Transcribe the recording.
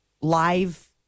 live